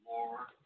Lord